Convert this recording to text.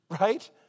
Right